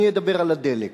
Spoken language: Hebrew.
אני אדבר על הדלק.